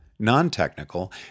non-technical